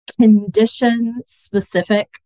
condition-specific